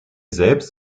selbst